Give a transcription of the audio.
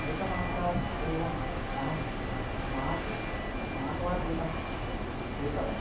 एकमासात् पूर्वम् अहं स्मार्ट् स्मार्ट् वाच् एकं क्रेतवान्